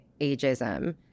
ageism